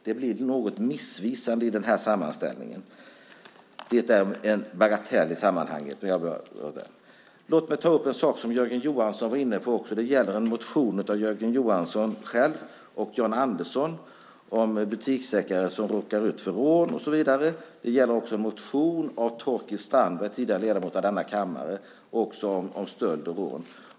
Det blir något missvisande i sammanställningen. Det är en bagatell i sammanhanget. Jag vill ta upp något som Jörgen Johansson var inne på. Det gäller en motion av Jörgen Johansson och Jan Andersson om butiksägare som råkar ut för rån. Det gäller också en motion av Torkild Strandberg, tidigare ledamot av denna kammare, om stöld och rån.